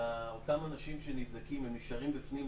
אותם אנשים שנבדקים נשארים בפנים,